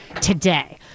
today